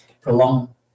prolong